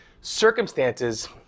circumstances